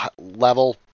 level